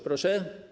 Proszę?